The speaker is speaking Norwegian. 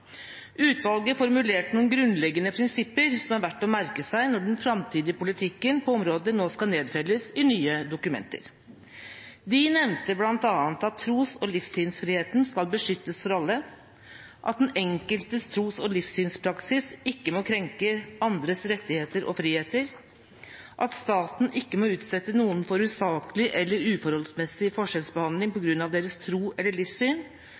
Utvalget formulerte noen grunnleggende prinsipper som det er verdt å merke seg når den framtidige politikken på området nå skal nedfelles i nye dokumenter. De nevnte bl.a. at tros- og livssynsfriheten skal beskyttes for alle, at den enkeltes tros- og livssynspraksis ikke må krenke andres rettigheter og friheter, at staten ikke må utsette noen for usaklig eller uforholdsmessig forskjellsbehandling på grunn av deres tro eller livssyn,